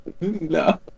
No